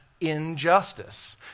injustice